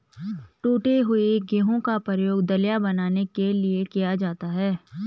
टूटे हुए गेहूं का प्रयोग दलिया बनाने के लिए किया जाता है